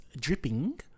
dripping